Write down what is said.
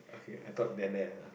okay I thought nene